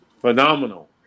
phenomenal